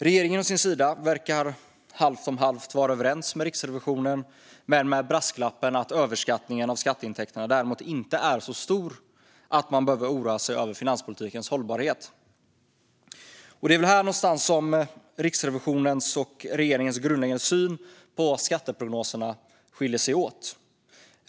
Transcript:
Regeringen å sin sida verkar halvt om halvt vara överens med Riksrevisionen, dock med brasklappen att överskattningen av skatteintäkterna inte är så stor att man behöver oroa sig över finanspolitikens hållbarhet. Det är väl här någonstans som Riksrevisionens och regeringens grundläggande syn på skatteprognoserna skiljer sig åt.